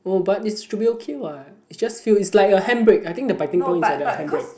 oh but it should be okay what it just feel is like a handbrake I think the biting point is at the handbrake